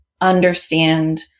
understand